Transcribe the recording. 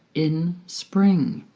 in spring,